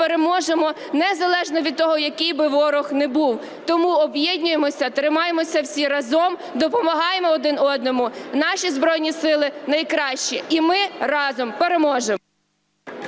незалежно від того, який би ворог не був. Тому об'єднуймося, тримаймося всі разом, допомагаймо один одному. Наші Збройні Сили найкращі, і ми разом переможемо!